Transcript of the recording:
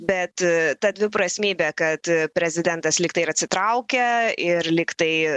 bet ta dviprasmybė kad prezidentas lyg tai ir atsitraukia ir lyg tai